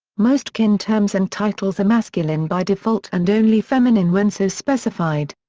most kin terms and titles are masculine by default and only feminine when so specified.